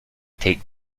take